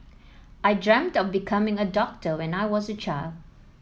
I dreamt of becoming a doctor when I was a child